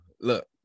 look